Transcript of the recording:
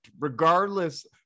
regardless